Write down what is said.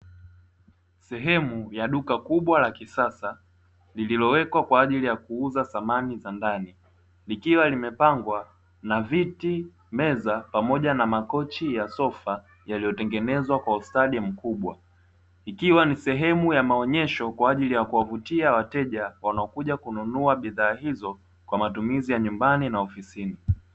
Sehemu ya duka kubwa la kisasa lililowekwa kwa ajili ya kuuza samani za ndani, likiwa limepangwa na viti, meza pamoja na makochi ya sofa yaliyotengenezwa kwa ustadi mkubwa. Ikiwa ni sehemu ya maonyesho kwa ajili ya kuwavutia wateja wanaokuja kununua bidhaa hizo kwa matumizi ya nyumbani na ofisini.